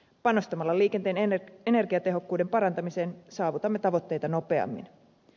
panostamalla liikenteen energiatehokkuuden parantamiseen saavutamme tavoitteita nopeammin